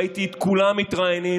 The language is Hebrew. ראיתי את כולם מתראיינים.